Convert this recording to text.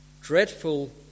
dreadful